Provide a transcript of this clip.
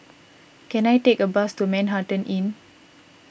can I take a bus to Manhattan Inn